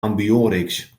ambiorix